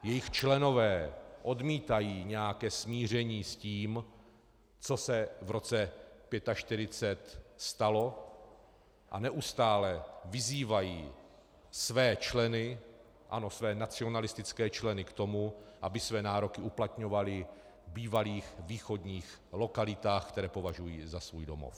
Jejich členové odmítají nějaké smíření s tím, co se v roce 1945 stalo, a neustále vyzývají své členy, ano, své nacionalistické členy, k tomu, aby své nároky uplatňovali v bývalých východních lokalitách, které považují za svůj domov.